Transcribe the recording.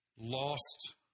lost